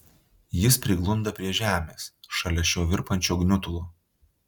jis priglunda prie žemės šalia šio virpančio gniutulo